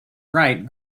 wright